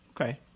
Okay